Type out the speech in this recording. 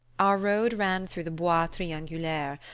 our road ran through the bois triangulaire,